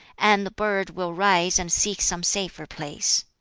and the bird will rise and seek some safer place.